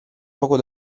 poco